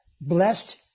blessed